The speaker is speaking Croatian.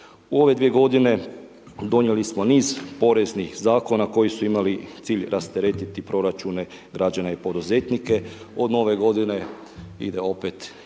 U ove dvije godine donijeli smo niz poreznih zakona koji su imali cilj rasteretiti proračune građana i poduzetnike. Od Nove Godine ide opet jedno